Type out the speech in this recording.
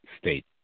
state